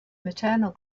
maternal